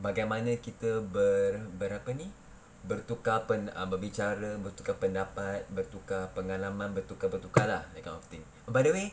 bagaimana kita ber~ ber~ apa ni bertukar pend~ ah berbicara bertukar pendapat bertukar pengalaman bertukar bertukar lah that kind of thing oh by the way